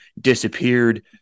disappeared